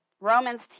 Romans